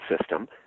system